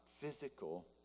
physical